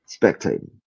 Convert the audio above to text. spectating